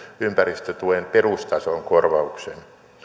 ympäristötuen perustason korvauksen